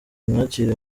imwakire